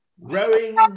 Rowing